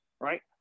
right